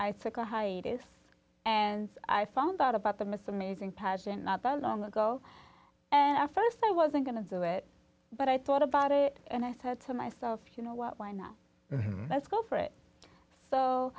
a hiatus and i found out about the most amazing pageant not that long ago and i st i wasn't going to do it but i thought about it and i said to myself you know what why not let's go for it so